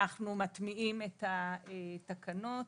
אנחנו מטמיעים את התקנות.